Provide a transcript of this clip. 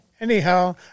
anyhow